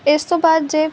ਇਸ ਤੋਂ ਬਾਅਦ ਜੇ